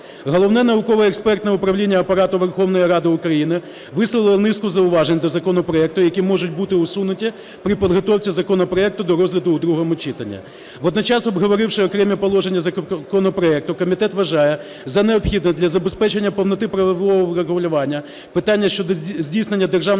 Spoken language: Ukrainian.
Головне науково-експертне управління Апарату Верховної Ради України висловило низку зауважень до законопроекту, які можуть бути усунуті при підготовці законопроекту до розгляду у другого читанні. Водночас, обговоривши окремі положення законопроекту, комітет вважає за необхідне для забезпечення повноти правового врегулювання питання щодо здійснення державного